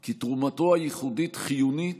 כי תרומתו הייחודית חיונית